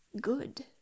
good